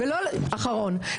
אחרון.